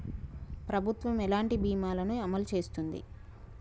ప్రభుత్వం ఎలాంటి బీమా ల ను అమలు చేస్తుంది?